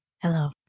Hello